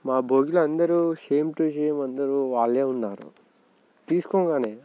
మా భోగిలో అందరూ సేమ్ టు సేమ్ అందరూ వాళ్ళే ఉన్నారు తీసుకోగానే